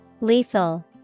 Lethal